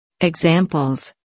Examples